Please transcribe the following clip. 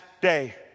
day